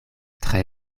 tre